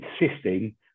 insisting